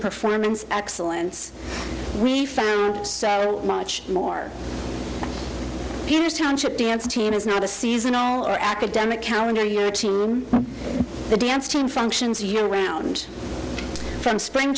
performance excellence we found so much more fierce township dance team is not a seasonal or academic calendar year the dance team functions year round from spring